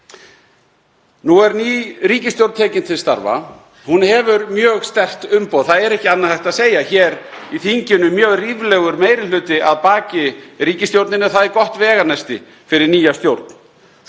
Nú er ný ríkisstjórn tekin til starfa. Hún hefur mjög sterkt umboð, það er ekki annað hægt að segja. Hér í þinginu er mjög ríflegur meiri hluti að baki ríkisstjórninni. Það er gott veganesti fyrir nýja stjórn,